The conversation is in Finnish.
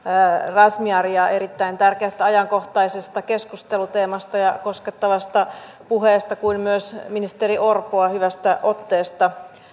razmyaria erittäin tärkeästä ajankohtaisesta keskusteluteemasta ja koskettavasta puheesta kuin myös ministeri orpoa hyvästä otteesta